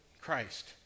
Christ